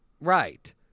Right